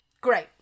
great